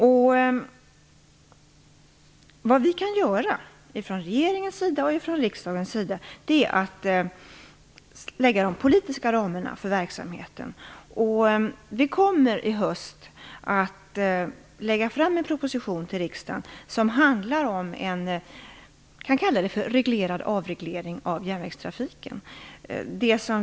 Vad vi kan göra från riksdagens och regeringens sida är att lägga de politiska ramarna för verksamheten. Vi kommer att i höst lägga fram en proposition till riksdagen som handlar om en reglerad avreglering av järnvägstrafiken.